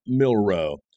Milrow